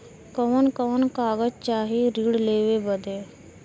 कवन कवन कागज चाही ऋण लेवे बदे?